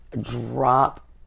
Drop